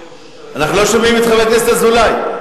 אנחנו לא שומעים את חבר הכנסת אזולאי.